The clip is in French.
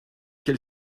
quel